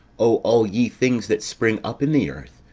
o all ye things that spring up in the earth,